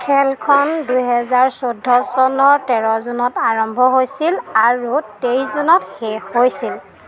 খেলখন দুহেজাৰ চৈধ্য চনৰ তেৰ জুনত আৰম্ভ হৈছিল আৰু তেইছ জুনত শেষ হৈছিল